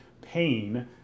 pain